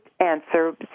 answer